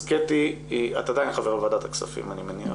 אז קטי, את עדיין חברה בוועדת הכספים אני מניח.